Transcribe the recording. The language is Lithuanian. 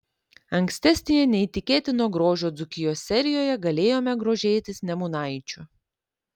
ankstesnėje neįtikėtino grožio dzūkijos serijoje galėjome grožėtis nemunaičiu